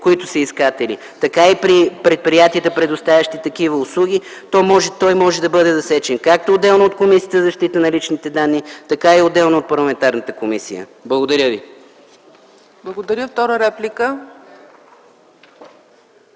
които са искатели, така и при предприятията, предоставящи такива услуги, той може да бъде засечен както отделно от Комисията за защита на личните данни, така и отделно от парламентарната комисия. Благодаря ви. ПРЕДСЕДАТЕЛ ЦЕЦКА